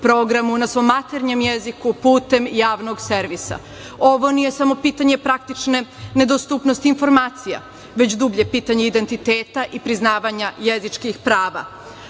programu na svom maternjem jeziku putem Javnog servisa. Ovo nije samo pitanje praktične nedostupnosti informacija, već dublje pitanje identiteta i priznavanja jezičkih prava.